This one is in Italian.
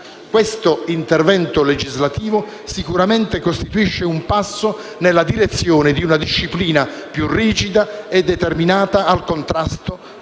Questo intervento legislativo sicuramente costituisce un passo nella direzione di una disciplina più rigida e determinata al contrasto